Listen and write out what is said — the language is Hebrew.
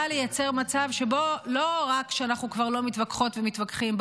בא לייצר מצב שבו לא רק שאנחנו כבר לא מתווכחות ומתווכחים,